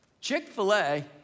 Chick-fil-A